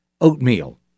oatmeal